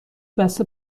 بسته